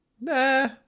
Nah